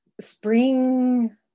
Spring